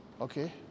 okay